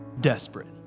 desperate